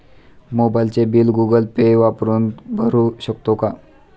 मोबाइलचे bill Google Pay वापरून भरू शकतो का?